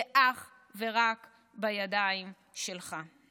זה אך ורק בידיים שלך.